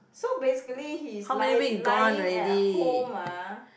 so basically he is ly~ lying at home ah